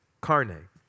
Carne